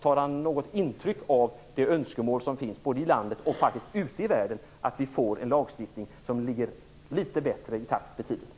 Tar han något intryck av de önskemål som finns, både i landet och faktiskt också ute i världen, om att vi får en lagstiftning som ligger litet bättre i takt med tiden?